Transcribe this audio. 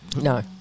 No